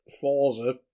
Forza